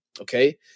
Okay